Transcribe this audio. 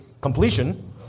completion